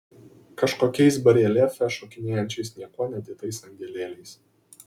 kažkokiais bareljefe šokinėjančiais niekuo nedėtais angelėliais